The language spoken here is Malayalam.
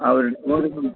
അവര്